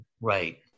Right